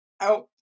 out